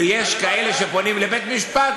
ויש כאלה שפונים לבית-משפט,